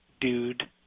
dude